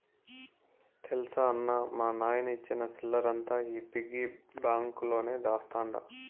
తెల్సా అన్నా, మా నాయన ఇచ్చిన సిల్లరంతా ఈ పిగ్గి బాంక్ లోనే దాస్తండ